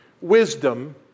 wisdom